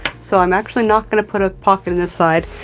so i'm actually not gonna put a pocket on this side,